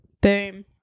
Boom